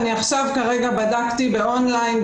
אני עכשיו כרגע בדקתי באונליין,